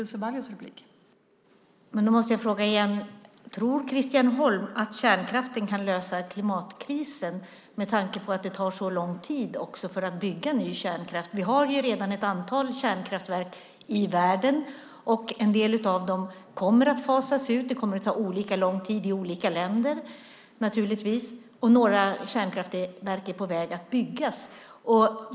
Fru talman! Då måste jag åter fråga om Christian Holm tror att kärnkraften kan lösa klimatkrisen med tanke på att det tar lång tid att bygga nya kärnkraftverk. Vi har redan ett antal kärnkraftverk i världen. En del av dem kommer att fasas ut. Det kommer att ta olika lång tid i olika länder. Några kärnkraftverk är också på väg att byggas.